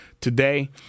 today